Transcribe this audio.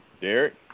Derek